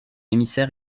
émissaire